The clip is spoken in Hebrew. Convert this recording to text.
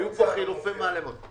היו פה חילופי מהלומות.